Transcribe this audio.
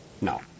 No